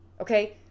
Okay